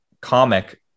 comic